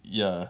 ya